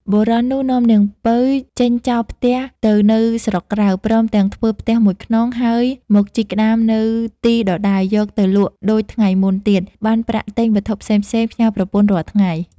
បុរសនោះ នាំនាងពៅចេញចោលផ្ទះទៅនៅស្រុកក្រៅ ព្រមទាំងធ្វើផ្ទះ១ខ្នង ហើយមកជីកក្ដាមនៅទីដដែលយកទៅលក់ដូចថ្ងៃមុនទៀតបានប្រាក់ទិញវត្ថុផ្សេងៗផ្ញើប្រពន្ធរាល់ថ្ងៃ។